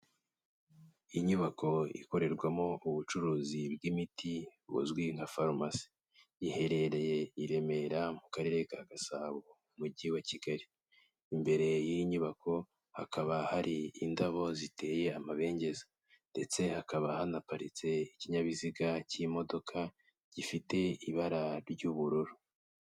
Inyubako ikorerwamo ubucuruzi bw'imiti buzwi nka farumasi, iherereye i Remera mu Karere ka Gasabo, Umujyi wa Kigal. Imbere yiyi nyubako hakaba hari indabo ziteye amabengeza, ndetse hakaba hanaparitse ikinyabiziga cy'imodoka gifite ibara ry'ubururu.